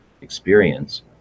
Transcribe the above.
experience